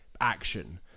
action